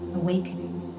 awakening